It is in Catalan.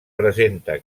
presenta